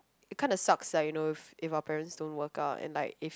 it kind of suck lah you know if our parents don't work out and like is